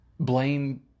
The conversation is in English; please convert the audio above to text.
Blame